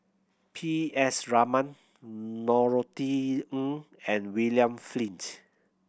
P S Raman Norothy Ng and William Flint